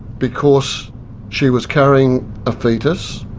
because she was carrying a foetus,